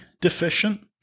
deficient